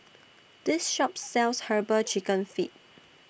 This Shop sells Herbal Chicken Feet